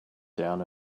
down